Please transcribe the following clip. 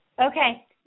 Okay